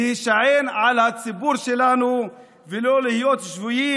להישען על הציבור שלנו ולא להיות שבויים